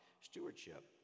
stewardship